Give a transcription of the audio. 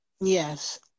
Yes